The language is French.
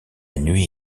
nuit